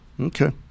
Okay